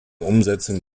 umsetzung